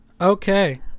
Okay